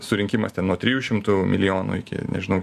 surinkimas ten nuo trijų šimtų milijonų iki nežinau